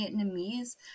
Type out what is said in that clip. Vietnamese